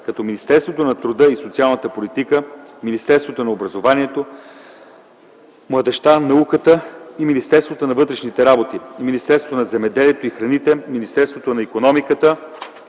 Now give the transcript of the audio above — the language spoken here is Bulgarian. като Министерство на труда и социалната политика, Министерство на образованието, младежта и науката, Министерство на вътрешните работи, Министерство на земеделието и храните и Министерство на икономиката,